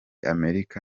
amerika